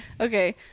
Okay